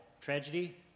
tragedy